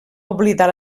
oblidar